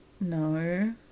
No